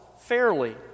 fairly